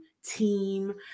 team